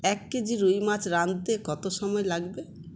এক কেজি রুই মাছ রাঁধতে কত সময় লাগবে